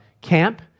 camp